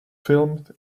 filmed